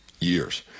years